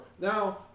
Now